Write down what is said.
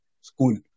school